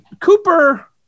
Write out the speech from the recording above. Cooper